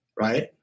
right